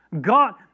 God